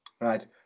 right